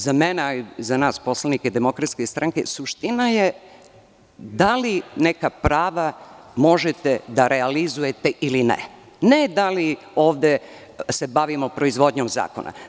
Za mene i za poslanike DS suština je da li neka prava možete da realizujete ili ne, a ne da li se ovde bavimo proizvodnjom zakona.